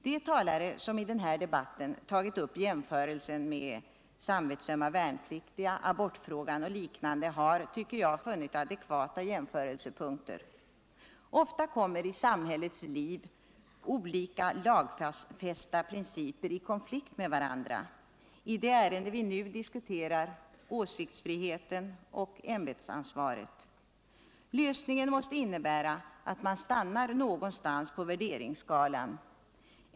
: De talare som i den här debatten gjort jämförelser med samvetsömma värnpliktiga, abortfrågan och liknande har, tycker jag, funnit adekvata jämförelsepunkter. Ofta kommer i samhällets liv lagfästa principer i konflikt med varandra — i det ärende vi nu diskuterar åsiktsfriheten och ämbetsansvaret. Lösningen måste innebära att man stannar någonstans på värderingsskalan.